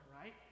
right